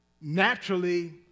naturally